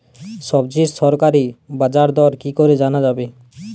সবজির সরকারি বাজার দর কি করে জানা যাবে?